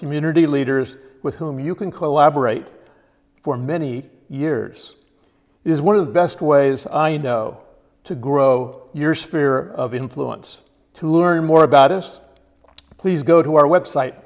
community leaders with whom you can collaborate for many years is one of the best ways i know to grow your sphere of influence to learn more about us please go to our website